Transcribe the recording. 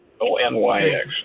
O-N-Y-X